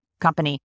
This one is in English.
company